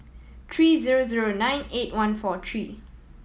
three zero zero nine eight one four three